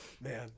Man